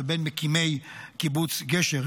ובין מקימי קיבוץ גשר.